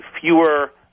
fewer